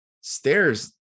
stairs